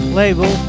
label